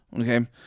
okay